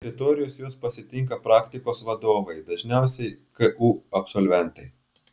prie teritorijos juos pasitinka praktikos vadovai dažniausiai ku absolventai